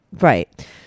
Right